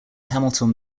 hamilton